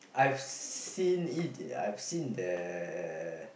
I've seen it I've seen the